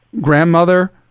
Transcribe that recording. grandmother